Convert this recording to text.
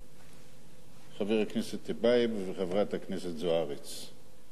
חבר הכנסת טיבייב וחברת הכנסת זוארץ,